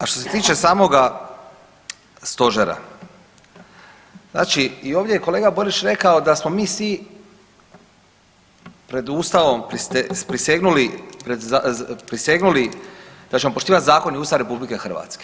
A što se tiče samoga stožera, znači i ovdje je kolege Borić rekao da smo mi svi pred Ustavom prisegnuli da ćemo poštivati zakon i Ustav RH.